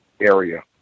area